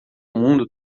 mundo